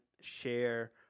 share